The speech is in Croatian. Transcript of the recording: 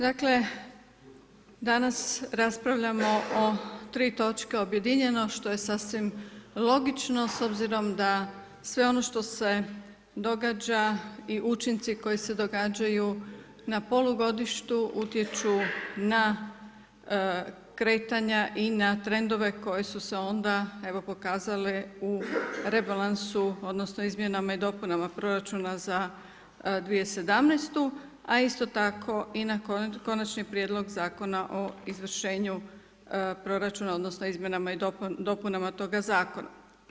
Dakle, danas raspravljamo o tri točke objedinjeno što je sasvim logično s obzirom da sve ono što se događa i učinci koji se događaju na polugodištu utječu na kretanja i na trendove koji su se onda evo pokazali u rebalansu, odnosno izmjenama i dopunama proračuna za 2017. a isto tako i na konačni prijedlog zakona o izvršenju proračuna, odnosno izmjenama dopunama toga zakona.